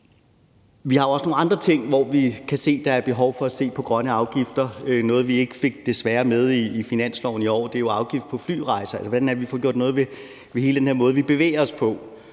Vi har også nogle andre områder, hvor vi kan se, at der er behov for at se på grønne afgifter – det er desværre noget, som vi ikke fik med i finansloven i år – og det er afgiften på flyrejser, og hvordan vi får gjort noget ved hele den her måde, som vi bevæger os